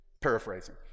Paraphrasing